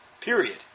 period